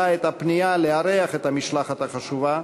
את הפנייה לארח את המשלחת החשובה,